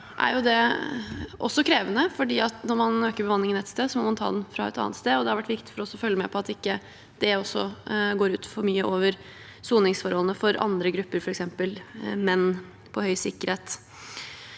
Det er også krevende, for når man øker bemanningen et sted, må man ta den fra et annet sted, og det har vært viktig for oss å følge med på at det ikke går for mye ut over soningsforholdene for andre grupper, f.eks. menn på høysikkerhet.